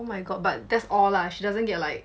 oh my god but that's all lah she doesn't get like